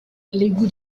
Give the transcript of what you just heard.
l’égout